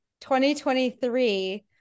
2023